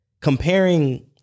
comparing